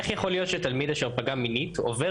איך ייתכן שתלמיד אשר פגע מינית עובר